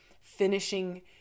finishing